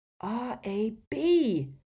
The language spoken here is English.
R-A-B